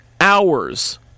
hours